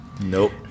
Nope